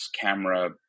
camera